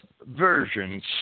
versions